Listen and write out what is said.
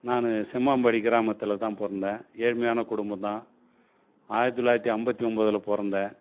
நான் செம்மாம்படி கிராமத்தில் தான் பிறந்தேன் ஏழ்மையான குடும்பந்தான் ஆயிரத்தி தொள்ளாயிரத்தி ஐம்பத்தி ஒம்பதுல பிறந்தேன்